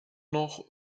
noch